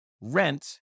rent